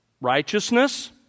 righteousness